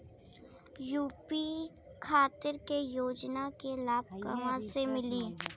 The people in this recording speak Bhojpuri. यू.पी खातिर के योजना के लाभ कहवा से मिली?